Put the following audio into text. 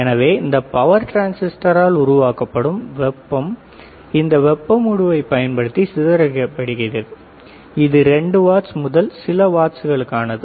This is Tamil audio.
எனவே இந்த பவர் டிரான்சிஸ்டரால் உருவாக்கப்படும் வெப்பம் இந்த வெப்ப மடுவை பயன்படுத்தி சிதறடிக்கப்படுகிறது இது 2 வாட்ஸ் முதல் சில வாட்களுக்கானது